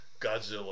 Godzilla